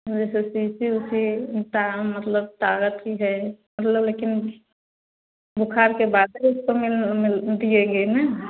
मैं सोचती थी के काम मतलब ताकत की है मतलब लेकिन बुखार के बाद तो मैंने पियेंगे ना